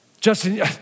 Justin